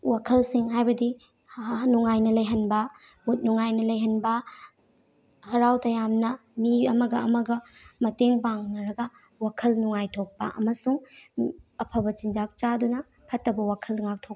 ꯋꯥꯈꯜꯁꯤꯡ ꯍꯥꯏꯕꯗꯤ ꯅꯨꯡꯉꯥꯏꯅ ꯂꯩꯍꯟꯕ ꯃꯨꯠ ꯅꯨꯡꯉꯥꯏꯅ ꯂꯩꯍꯟꯕ ꯍꯔꯥꯎ ꯇꯌꯥꯝꯅ ꯃꯤ ꯑꯃꯒ ꯑꯃꯒ ꯃꯇꯦꯡ ꯄꯥꯡꯅꯔꯒ ꯋꯥꯈꯜ ꯅꯨꯡꯉꯥꯏꯊꯣꯛꯄ ꯑꯃꯁꯨꯡ ꯑꯐꯕ ꯆꯤꯟꯖꯥꯛ ꯆꯥꯗꯨꯅ ꯐꯠꯇꯕ ꯋꯥꯈꯜ ꯉꯥꯛꯊꯣꯛꯄ